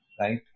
right